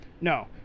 No